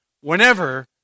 Whenever